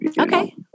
Okay